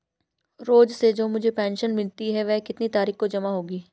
रोज़ से जो मुझे पेंशन मिलती है वह कितनी तारीख को जमा होगी?